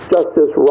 Justice